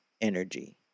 energy